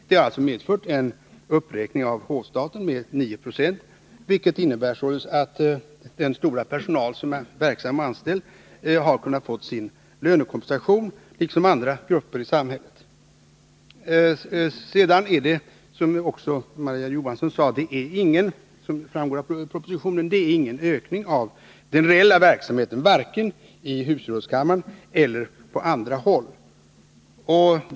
Det har alltså medfört en uppräkning av hovstaten med 9 90, vilket innebär att den stora personalen har kunnat få lönekompensation liksom andra grupper i samhället. Som också Marie-Ann Johansson sade och som framgår av propositionen är det ingen ökning av den reella verksamheten, varken i husgerådskammaren eller på andra håll.